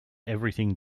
everything